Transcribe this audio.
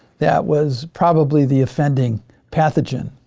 that was probably the offending pathogen.